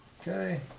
Okay